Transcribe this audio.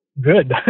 good